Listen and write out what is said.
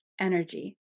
energy